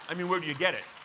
i mean, where do you get it?